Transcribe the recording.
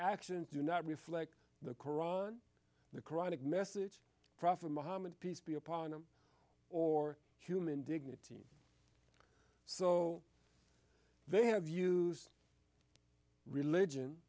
actions do not reflect the koran the cronic message prophet muhammad peace be upon them or human dignity so they have used religion